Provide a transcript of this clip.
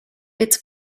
its